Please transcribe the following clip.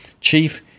chief